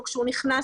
לא אנחנו.